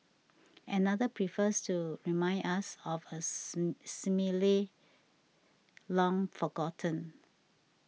another prefers to remind us of a simile long forgotten